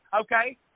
okay